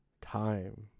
time